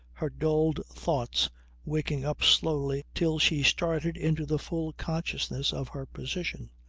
her dulled thoughts waking up slowly till she started into the full consciousness of her position,